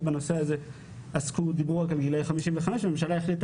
בנושא הזה דיברו רק על גילאי 55 ומעלה,